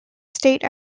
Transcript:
state